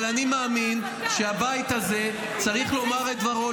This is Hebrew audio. -- אבל אני מאמין שהבית הזה צריך לומר את דברו,